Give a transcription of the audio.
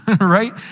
right